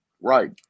Right